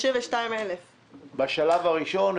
32,000. 15,000 בשלב הראשון,